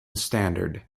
standard